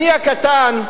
אני הקטן,